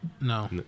No